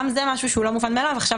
גם זה משהו שהוא לא מובן מאליו עכשיו